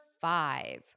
five